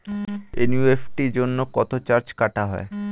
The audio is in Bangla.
এন.ই.এফ.টি জন্য কত চার্জ কাটা হয়?